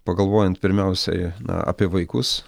pagalvojant pirmiausiai na apie vaikus